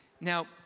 Now